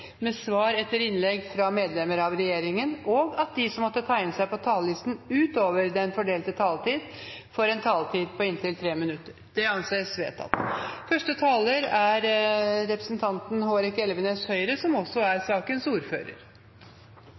med svar etter innlegg fra medlemmer av regjeringen, og at de som måtte tegne seg på talerlisten utover den fordelte taletid, får en taletid på inntil 3 minutter. – Det anses vedtatt. Først vil jeg som